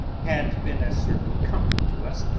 had been a certain comfort to us,